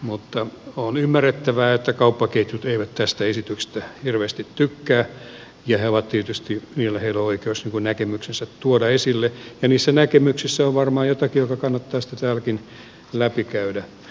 mutta on ymmärrettävää että kauppaketjut eivät tästä esityksestä hirveästi tykkää ja niillä on oikeus näkemyksensä tuoda esille ja niissä näkemyksissä on varmaan jotakin mikä kannattaa sitten täälläkin läpikäydä